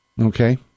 Okay